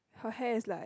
her hair is like